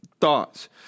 thoughts